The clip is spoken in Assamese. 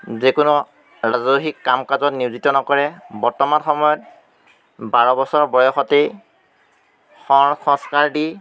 যিকোনো ৰাজসিক কাম কাজত নিয়োজিত নকৰে বৰ্তমান সময়ত বাৰ বছৰ বয়সতেই সৰ সংস্কাৰ দি